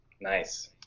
Nice